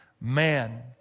Man